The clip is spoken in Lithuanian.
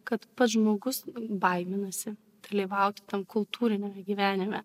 kad pats žmogus baiminasi dalyvauti tam kultūriniame gyvenime